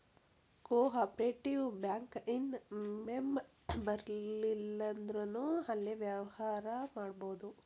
co operative bank ಇನ್ ಮೆಂಬರಿರ್ಲಿಲ್ಲಂದ್ರುನೂ ಅಲ್ಲೆ ವ್ಯವ್ಹಾರಾ ಮಾಡ್ಬೊದು